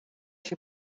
się